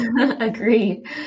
agreed